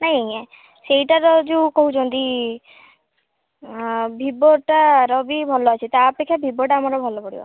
ନାହିଁ ସେଇଟାର ଯେଉଁ କହୁଛନ୍ତି ଭିବୋଟାର ବି ଭଲ ଅଛି ତା' ଅପେକ୍ଷା ଭିବୋଟା ଆମର ଭଲ ପଡ଼ିବ